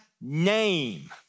name